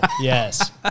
Yes